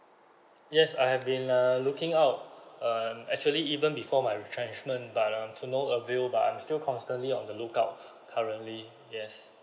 yes I have been err looking out um actually even before my retrenchment but um to no avail but I'm still constantly on the lookout currently yes